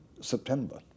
September